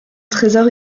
trésor